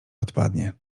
odpadnie